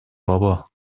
بابا